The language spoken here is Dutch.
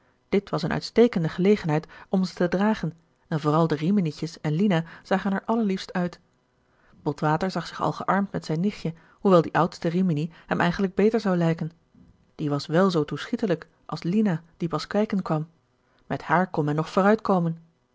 dit was een uitstekende gelegenheid om ze te dragen en vooral de riminietjes en lina zagen er allerliefst uit botwater zag zich al gearmd met zijn nichtje hoewel die oudste rimini hem eigenlijk beter zou lijken die was wel zoo toeschietelijk als lina die pas kijken kwam met haar kon men nog